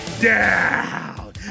down